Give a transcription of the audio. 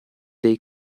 dei